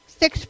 six